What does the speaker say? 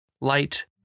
Light